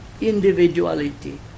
individuality